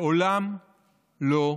לעולם לא עוד.